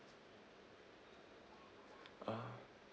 ah